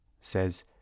Says